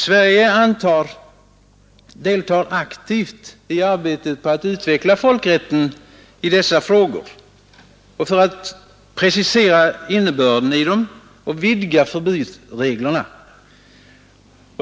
Sverige deltar aktivt i arbetet på att utveckla folkrätten i dessa frågor, för att precisera dess innebörd och vidga förbudsreglerna.